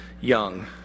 young